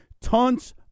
tons